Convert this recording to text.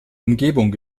umgebung